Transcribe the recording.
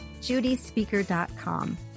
judyspeaker.com